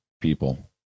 people